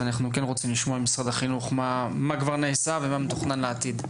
ואנחנו רוצים לשמוע ממשרד החינוך מה כבר נעשה ומה מתוכנן לעתיד.